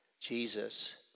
Jesus